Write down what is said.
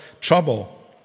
trouble